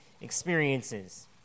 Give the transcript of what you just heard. experiences